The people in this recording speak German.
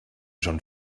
schon